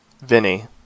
Vinny